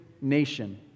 nation